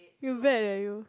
you bad eh you